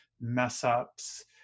mess-ups